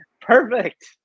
perfect